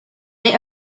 they